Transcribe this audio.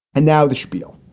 and now the spiel,